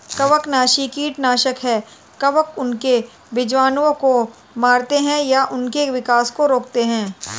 कवकनाशी कीटनाशक है कवक उनके बीजाणुओं को मारते है या उनके विकास को रोकते है